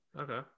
Okay